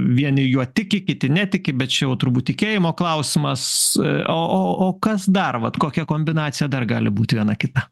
vieni juo tiki kiti netiki bet čia jau turbūt tikėjimo klausimas o o o kas dar vat kokia kombinacija dar gali būti viena kita